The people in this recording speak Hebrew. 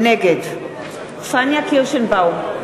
נגד פניה קירשנבאום,